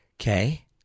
okay